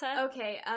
Okay